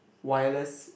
wireless